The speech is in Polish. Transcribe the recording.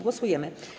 Głosujemy.